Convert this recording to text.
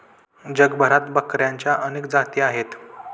जगभरात बकऱ्यांच्या अनेक जाती आहेत